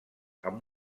amb